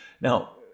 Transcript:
Now